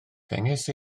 dengys